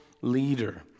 leader